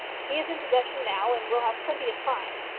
he is in possession now, and will have plenty of time.